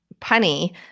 punny